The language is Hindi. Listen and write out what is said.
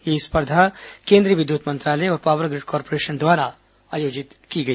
यह स्पर्धा केन्द्रीय विद्युत मंत्रालय और पावर ग्रिड कॉरपोरेशन द्वारा आयोजित की गई